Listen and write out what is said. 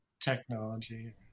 technology